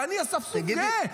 ואני אספסוף גאה,